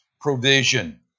provision